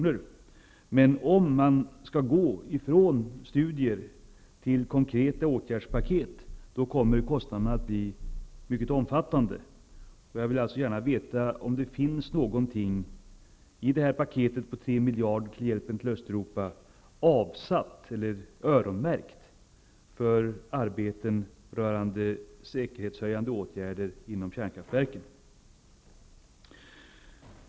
Om man skall gå från studier till konkreta åtgärder, kommer kostnaderna att bli mycket omfattande. Jag vill gärna veta om det finns någonting i det här paketet på 3 miljarder som hjälp till Östeuropa öronmärkt för arbetet rörande säkerhetshöjande åtgärder inom kärnkraftverken.